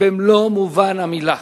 במלוא מובן המלה.